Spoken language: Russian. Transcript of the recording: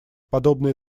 подобные